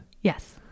yes